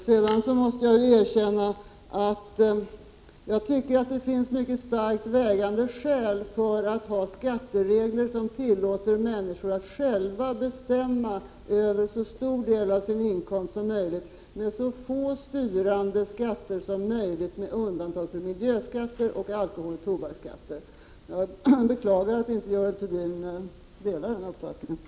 Sedan måste jag erkänna att jag tycker att det finns mycket starkt vägande skäl för att ha skatteregler som tillåter människor att själva bestämma över så stor del av sin inkomst som möjligt, med så få styrande skatter som möjligt — med undantag för miljöskatter och alkoholoch tobaksskatter. Jag beklagar att inte Görel Thurdin delar den uppfattningen.